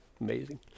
Amazing